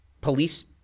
police